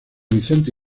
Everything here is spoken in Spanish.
vicente